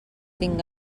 tinc